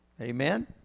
Amen